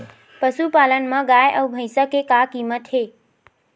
पशुपालन मा गाय अउ भंइसा के का कीमत हे?